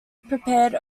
prepared